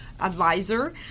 advisor